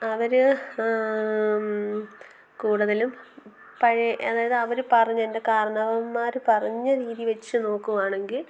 അവർ കൂടുതലും പഴയ അതായത് അവർ പറഞ്ഞ എന്റെ കാരണവന്മാർ പറഞ്ഞ രീതി വച്ച് നോക്കുകയാണെങ്കിൽ